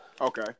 Okay